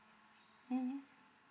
mmhmm